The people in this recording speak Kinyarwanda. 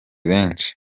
benshi